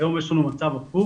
היום יש לנו מצב הפוך.